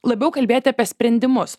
labiau kalbėti apie sprendimus